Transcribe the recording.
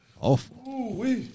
Awful